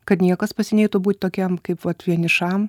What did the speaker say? kad niekas pas jį neitų būt tokiam kaip vat vienišam